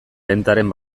bentaren